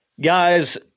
Guys